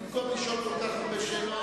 במקום לשאול כל כך הרבה שאלות,